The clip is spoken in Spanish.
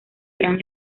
gran